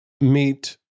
meet